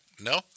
no